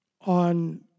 on